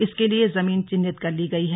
इसके लिए जमीन चिन्हित कर ली गई है